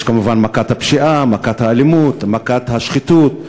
יש כמובן מכת הפשיעה, מכת האלימות, מכת השחיתות,